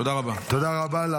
תודה רבה.